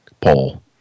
poll